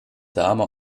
dame